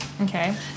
Okay